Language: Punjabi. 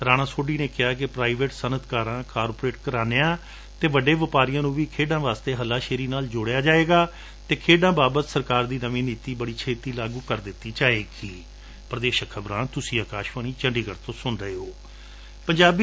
ਰਾਣਾ ਸੋਢੀ ਨੇ ਕਿਹਾ ਕਿ ਪ੍ਰਾਈਵੇਟ ਸਨਅਤਕਾਰਾ ਕਾਰਪੋਰੇਟ ਘਰਾਨਿਆਂ ਅਤੇ ਵੱਡ ਵਪਾਰੀਆਂ ਨੂੰ ਵੀ ਖੇਡਾਂ ਵਾਸਤੇ ਹੱਲਾ ਸ਼ੇਰੀ ਨਾਲ ਜੋਤਿਆ ਜਾਵੇਗਾ ਅਤੇ ਖੇਡਾਂ ਬਾਬਤ ਸਰਕਾਰ ਦੀ ਨਵੀਂ ਨੀਤੀ ਬਤੀ ਛੇਤੀ ਲਾਗੁ ਕਰ ਦਿੱਤੀ ਜਾਵੇਗੀ